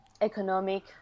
economic